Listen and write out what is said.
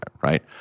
right